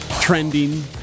Trending